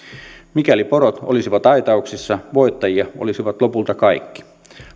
mikäli porot olisivat aitauksissa voittajia olisivat lopulta kaikki